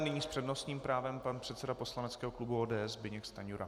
Nyní s přednostním právem pan předseda poslaneckého klubu ODS Zbyněk Stanjura.